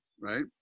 right